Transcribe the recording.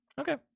Okay